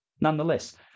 Nonetheless